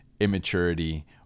immaturity